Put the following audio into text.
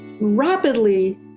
rapidly